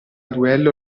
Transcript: duello